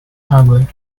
ugly